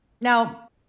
Now